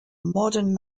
modern